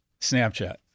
Snapchat